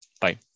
Bye